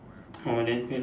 orh then okay lor